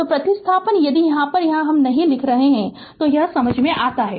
तोप्रतिस्थापन यदि हम यहाँ नहीं लिख रहे तो भी यह समझ में आता है